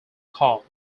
call